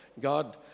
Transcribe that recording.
God